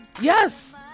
Yes